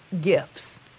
gifts